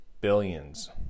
Billions